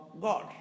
God